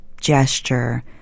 gesture